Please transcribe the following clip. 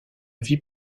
vie